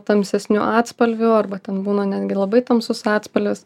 tamsesniu atspalviu arba ten būna netgi labai tamsus atspalvis